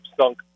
sunk